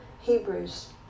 Hebrews